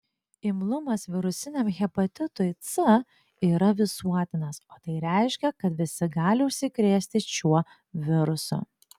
imlumas virusiniam hepatitui c yra visuotinas o tai reiškia kad visi gali užsikrėsti šiuo virusu